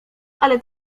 ale